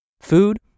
Food